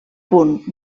punt